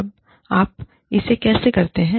अब आप इसे कैसे करते हैं